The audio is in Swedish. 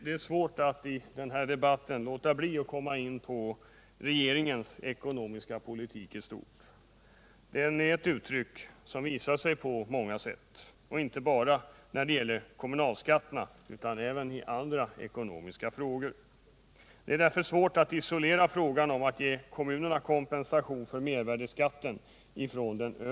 Det är svårt att i den här debatten låta bli att komma in på regeringens ekonomiska politik i stort. Den kommer till uttryck på många sätt, inte bara när det gäller kommunalskatterna utan även i andra ekonomiska frågor. Det är därför svårt att från den övriga ekonomiska politiken isolera frågan om att ge kommunerna kompensation för mervärdeskatten.